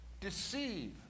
deceive